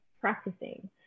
practicing